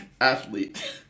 Athlete